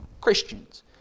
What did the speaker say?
Christians